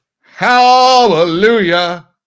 hallelujah